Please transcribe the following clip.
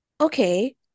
okay